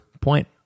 point